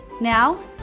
Now